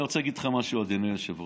אני רוצה אגיד לך משהו, אדוני היושב-ראש,